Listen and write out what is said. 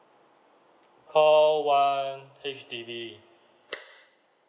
call one H_D_B